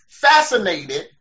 fascinated